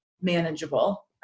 manageable